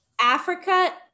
Africa